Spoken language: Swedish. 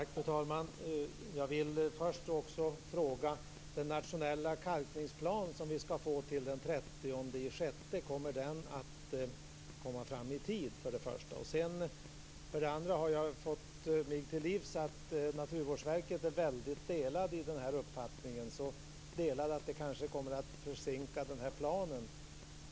Fru talman! Jag vill också för det första fråga om den nationella kalkningsplan som vi skall få till den 30 juni kommer att komma fram i tid. För det andra har jag fått mig till livs att Naturvårdsverket är väldigt delat i denna uppfattning - så delat att det kanske kommer att försinka planen.